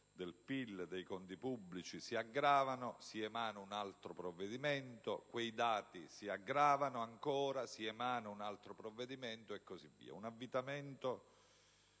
del PIL, dei conti pubblici si aggravano: si emana un altro provvedimento; quei dati si aggravano ancora: si emana un altro provvedimento, e così via. Un avvitamento